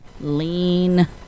lean